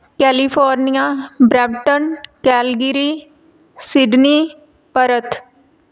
California Brampton Calgary Sydney Perth